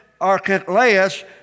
Archelaus